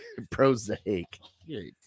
Prozac